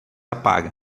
apaga